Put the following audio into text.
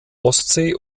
ostsee